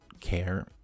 care